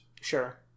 Sure